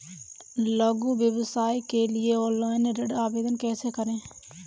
लघु व्यवसाय के लिए ऑनलाइन ऋण आवेदन कैसे करें?